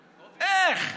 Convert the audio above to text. איך?